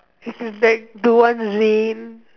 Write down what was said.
is it like the one rain